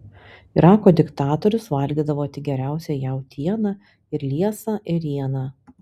irako diktatorius valgydavo tik geriausią jautieną ir liesą ėrieną